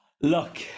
Look